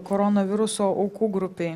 koronaviruso aukų grupei